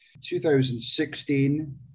2016